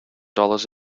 dollars